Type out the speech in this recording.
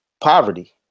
poverty